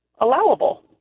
allowable